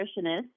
nutritionist